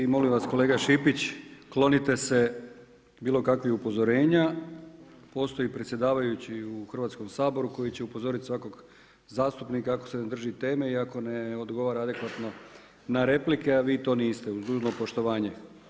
I molim vas kolega Šipić, klonite se bilo kakvih upozorenja, postoji predsjedavajući u Hrvatskom saboru koji će upozoriti svakog zastupnika ako se ne drži teme i ako ne odgovara adekvatno na replike a vi to niste, uz dužno poštovanje.